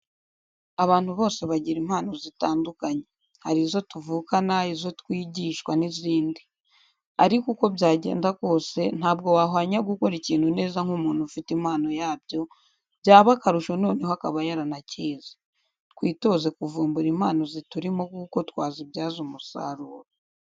Abantu bose bagira impano zitandukanye. Hari izo tuvukana, izo twigishwa, n'izindi. Ariko uko byagenda kose, ntabwo wahwanya gukora ikintu neza nk'umuntu ufite impano yabyo, byaba akarusho noneho akaba yaranacyize. Twitoze kuvumbura impano ziturimo kuko twazibyaza umusaruro.